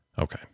Okay